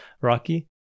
rocky